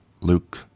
Luke